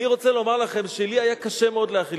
אני רוצה לומר לכם שלי היה קשה מאוד להחליט,